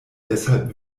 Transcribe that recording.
deshalb